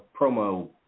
promo